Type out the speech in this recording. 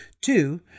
Two